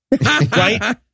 Right